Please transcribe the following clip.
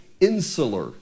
insular